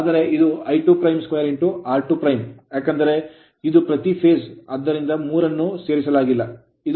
ಆದರೆ ಇದು I22 r2 ಏಕೆಂದರೆ ಇದು ಪ್ರತಿ phase ಫೇಸ್ ಆದ್ದರಿಂದ 3 ಅನ್ನು ಸೇರಿಸಲಾಗಿಲ್ಲ